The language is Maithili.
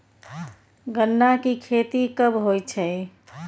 गन्ना की खेती कब होय छै?